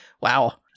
wow